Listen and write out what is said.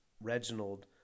Reginald